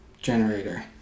generator